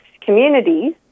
communities